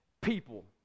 people